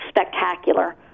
Spectacular